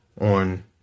on